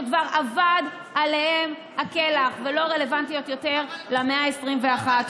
שכבר אבד עליהן כלח ולא רלוונטיות יותר למאה ה-21.